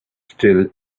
still